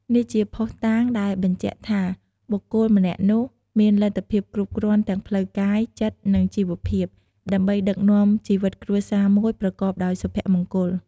នេះជាភស្តុតាងដែលបញ្ជាក់ថា បុគ្គលម្នាក់នោះមានលទ្ធភាពគ្រប់គ្រាន់ទាំងផ្លូវកាយ ចិត្ត និងជីវភាព ដើម្បីដឹកនាំជីវិតគ្រួសារមួយប្រកបដោយសុភមង្គល។